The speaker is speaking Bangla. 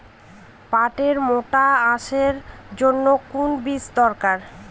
পাটের মোটা আঁশের জন্য কোন বীজ দরকার?